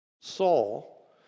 Saul